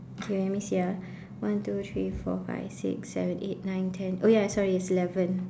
okay let me see ah one two three four five six seven eight nine ten oh ya sorry it's eleven